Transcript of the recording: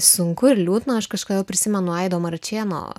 sunku ir liūdna aš kažkodėl prisimenu aido marčėno